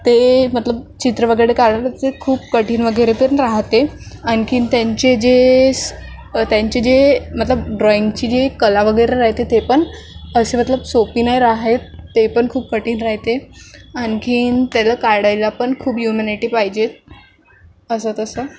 ते मतलब चित्र वगैरे काढायचं खूप कठीण वगैरे पण राहते आणखीन त्यांचे जे त्यांचे जे मतलब ड्रॉईंगची जी एक कला वगैरे राहते ते पण अशी मतलब सोपी नाही राहत ते पण खूप कठीण राहते आणखीन त्याला काढायला पण खूप ह्यूमनिटी पाहिजे असं तसं